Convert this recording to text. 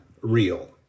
real